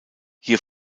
hier